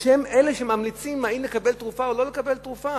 שהם אלה שממליצים אם לקבל תרופה או לא לקבל תרופה.